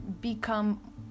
become